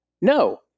No